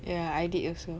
yeah I did also